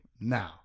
now